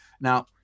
Now